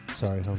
Sorry